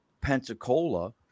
Pensacola